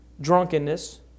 drunkenness